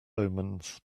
omens